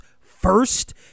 first